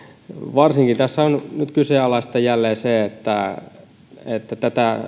varsinkin se tässä on nyt jälleen kyseenalaista että